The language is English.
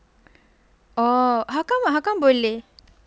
oh how come ah how come boleh